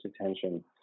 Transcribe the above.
attention